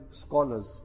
scholars